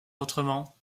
autrement